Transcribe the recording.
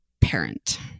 parent